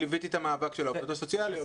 כי ליוויתי את המאבק של העובדות הסוציאליות,